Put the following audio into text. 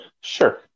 sure